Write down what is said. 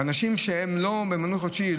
ואנשים שהם לא במנוי חודשי,